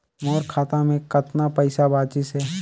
मोर खाता मे कतना पइसा बाचिस हे?